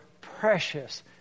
precious